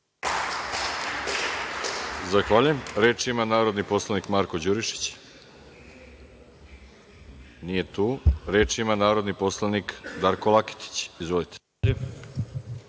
Zahvaljujem. Reč ima narodni poslanik Marko Đurišić. Nije tu. Reč ima narodni poslanik Darko Laketić. Izvolite.